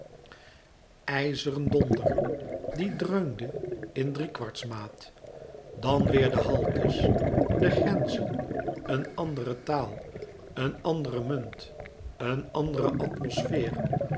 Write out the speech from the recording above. ijzeren donder die dreunde in driekwartsmaat dan weêr de haltes de grenzen een andere taal een andere munt een andere atmosfeer